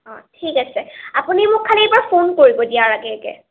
অঁ ঠিক আছে আপুনি মোক খালী এবাৰ ফোন কৰিব দিয়াৰ আগে আগে